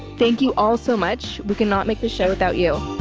thank you all so much. we can not make the show without you